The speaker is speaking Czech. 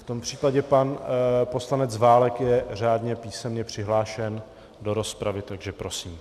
V tom případě pan poslanec Válek je řádně písemně přihlášen do rozpravy, takže prosím.